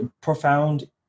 profound